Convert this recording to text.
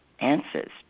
answers